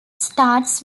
starts